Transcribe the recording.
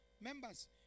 members